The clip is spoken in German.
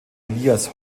elias